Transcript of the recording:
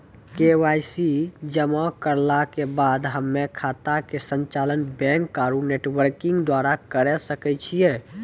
KYC जमा करला के बाद हम्मय खाता के संचालन बैक आरू नेटबैंकिंग द्वारा करे सकय छियै?